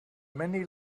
many